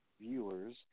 Viewers